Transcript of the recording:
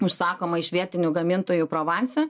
užsakoma iš vietinių gamintojų provanse